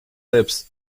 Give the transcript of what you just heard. lips